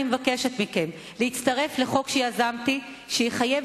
אני מבקשת מכם להצטרף לחוק שיזמתי שיחייב